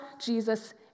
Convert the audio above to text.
Jesus